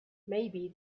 maybe